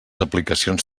aplicacions